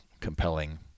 compelling